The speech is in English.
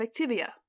Activia